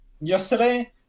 yesterday